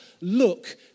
look